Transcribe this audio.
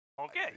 Okay